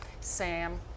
Sam